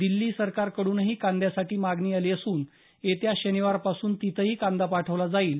दिल्ली सरकारकडूनही कांद्यासाठी मागणी आली असून येत्या शनिवारपासून तिथंही कांदा पाठवला जाईल